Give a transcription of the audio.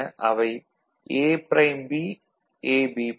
அவை - A'B AB'